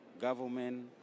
government